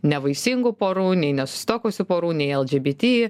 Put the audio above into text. nevaisingų porų nei nesusituokusių porų nei lgbt